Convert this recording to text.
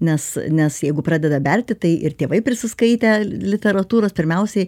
nes nes jeigu pradeda berti tai ir tėvai prisiskaitę literatūros pirmiausiai